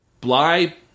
Bly